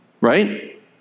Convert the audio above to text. right